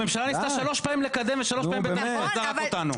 הממשלה ניסתה שלוש פעמים לקדם ושלוש פעמים בית המשפט זרק אותנו.